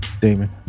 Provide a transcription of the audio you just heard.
Damon